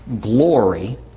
glory